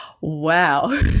wow